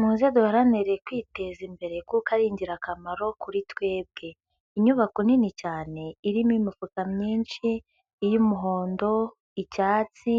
Muze duharanire kwiteza imbere kuko ari ingirakamaro kuri twebwe. Inyubako nini cyane irimo imifuka myinshi iy'umuhondo, icyatsi,